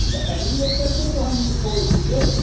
time लेकर के तो हम ये फोन किए